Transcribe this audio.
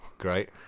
Great